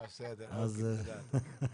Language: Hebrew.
תודה.